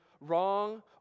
wrong